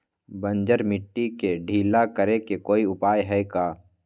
बंजर मिट्टी के ढीला करेके कोई उपाय है का?